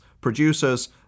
producers